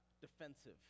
defensive